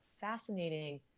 fascinating